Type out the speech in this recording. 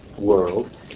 world